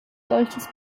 solches